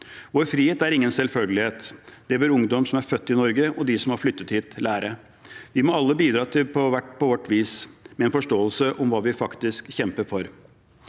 Vår frihet er ingen selvfølgelighet. Det bør ungdom som er født i Norge, og de som har flyttet hit, lære. Vi må alle, hver på vårt vis, bidra til en forståelse av hva vi faktisk kjemper for: